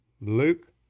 Luke